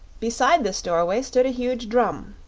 beside this doorway stood a huge drum.